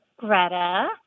Greta